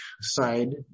side